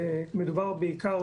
ומדובר בעיקר,